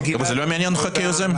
זה לא מעניין אותך כיוזם?